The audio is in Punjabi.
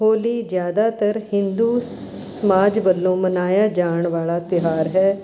ਹੋਲੀ ਜ਼ਿਆਦਾਤਰ ਹਿੰਦੂ ਸਮਾਜ ਵੱਲੋਂ ਮਨਾਇਆ ਜਾਣ ਵਾਲਾ ਤਿਉਹਾਰ ਹੈ